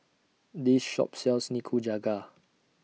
This Shop sells Nikujaga